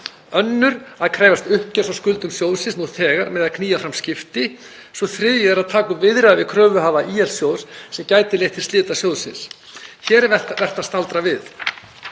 Önnur, að krefjast uppgjörs á skuldum sjóðsins nú þegar með að knýja fram skipti. Sú þriðja er að taka upp viðræður við kröfuhafa ÍL-sjóðs sem gæti leitt til slita sjóðsins. Hér er vert að staldra við.